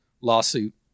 lawsuit